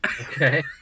okay